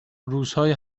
روزهای